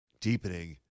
deepening